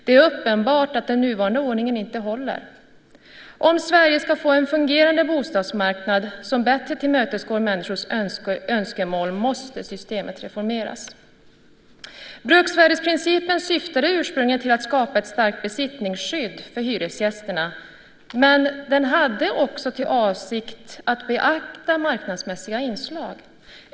Det är uppenbart att den nuvarande ordningen inte håller. Om Sverige ska få en fungerande bostadsmarknad som bättre tillmötesgår människors önskemål måste systemet reformeras. Bruksvärdesprincipen syftade ursprungligen till att skapa ett starkt besittningsskydd för hyresgästerna, men den hade också till avsikt att beakta marknadsmässiga inslag.